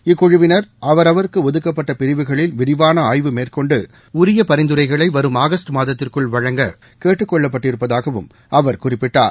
இக்குழுவினர் அவரவருக்கு ஒதுக்கப்பட்ட பிரிவுகளில் விரிவான ஆய்வு மேற்கொன்டு உரிய பரிந்துரைகளை வருகிற ஆகஸ்ட் மாதத்திற்குள் வழங்கும் கேட்டுக்கொள்ளப்பட்டிருப்பதாகவும் அவர் குறிப்பிட்டார்